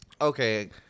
Okay